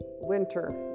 winter